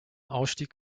ausstieg